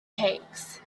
cakes